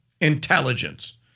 intelligence